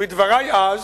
בדברי אז,